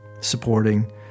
supporting